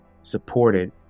supported